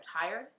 tired